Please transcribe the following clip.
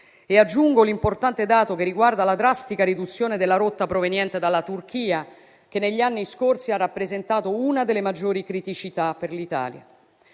Aggiungo l'importante dato che riguarda la drastica riduzione della rotta proveniente dalla Turchia, che negli anni scorsi ha rappresentato una delle maggiori criticità per l'Italia.